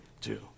two